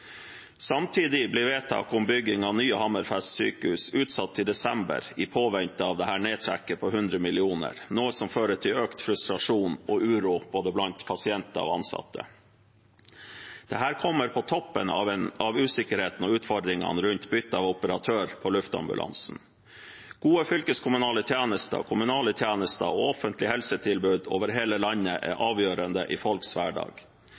Samtidig ble vedtaket om bygging av nye Hammerfest sykehus utsatt til desember i påvente av dette nedtrekket på 100 mill. kr, noe som fører til økt frustrasjon og uro blant både pasienter og ansatte. Dette kommer på toppen av usikkerheten og utfordringene rundt byttet av operatør på luftambulansen. Gode fylkeskommunale tjenester, kommunale tjenester og offentlige helsetilbud over hele landet er avgjørende i folks hverdag.